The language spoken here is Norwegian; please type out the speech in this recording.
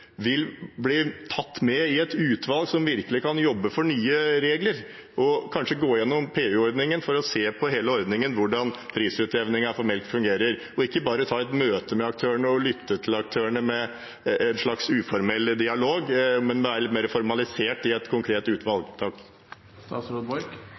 bli tatt med i et utvalg som virkelig kan jobbe for nye regler, og kanskje gå gjennom PU-ordningen for å se på hele ordningen, bl.a. hvordan prisutjevningen for melk fungerer – og ikke bare ta et møte med aktørene og lytte til dem, med en slags uformell dialog, men være litt mer formalisert i et konkret